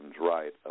right